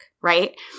right